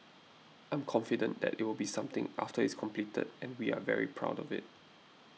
I'm confident that it will be something after it's completed and we are very proud of it